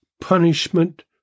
Punishment